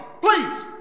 Please